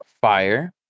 fire